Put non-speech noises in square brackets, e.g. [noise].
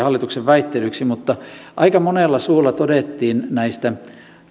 [unintelligible] hallituksen väittelyksi mutta aika monella suulla todettiin näistä